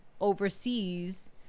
overseas